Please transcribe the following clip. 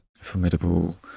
formidable